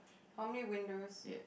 how many windows